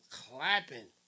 clapping